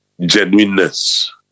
genuineness